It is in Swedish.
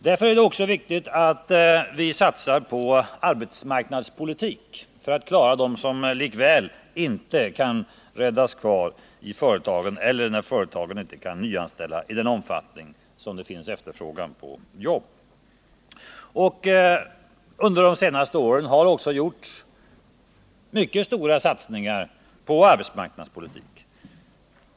Därför är det också viktigt att vi satsar på arbetsmarknadspolitik för att klara dem som trots allt inte kan räddas kvar i företagen eller när företagen inte kan nyanställa i den omfattning som det finns efterfrågan på arbete. Under de senaste åren har det också gjorts mycket stora satsningar inom arbetsmarknadspolitiken.